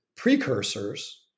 precursors